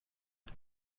орж